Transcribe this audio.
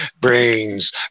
brains